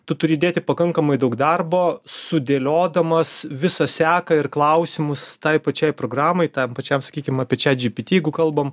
tu turi įdėti pakankamai daug darbo sudėliodamas visą seką ir klausimus tai pačiai programai tam pačiam sakykim apie chatgpt jeigu kalbam